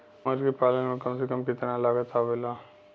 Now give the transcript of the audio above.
मुर्गी पालन में कम से कम कितना लागत आवेला?